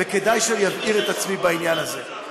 וכדאי שאני אבהיר את עצמי בעניין הזה.